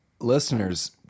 Listeners